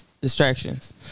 Distractions